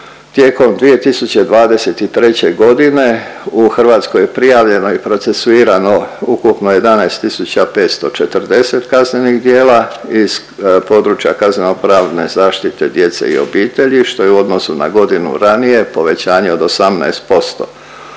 Tijekom 2023. g. u Hrvatskoj je prijavljeno i procesuirano ukupno 11 540 kaznenih djela iz područja kaznenopravne zaštite djece i obitelji, što je u odnosu na godinu ranije povećanje od 18%.